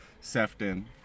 Sefton